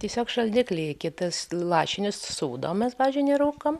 tiesiog šaldiklyje kitas lašinius sūdom mes pavyzdžiui nerūkom